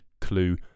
clue